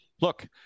Look